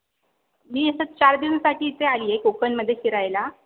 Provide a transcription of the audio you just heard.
मी असं चार दिवसांसाठी इथे आली आहे कोकणामध्ये फिरायला